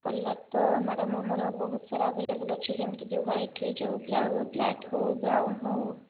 colour ତ madam ଆମର ବହୁତ ସାରା ଅଭେଲେବୁଲ ଅଛି ଯେମିତି କି ହ୍ୱାଇଟ ହେଇଯାଉ ବ୍ଲାକ ହେଉ ବ୍ରାଉନ ହେଉ